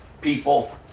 people